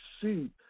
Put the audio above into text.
see